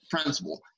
principle